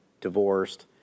divorced